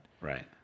Right